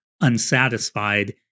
unsatisfied